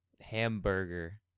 hamburger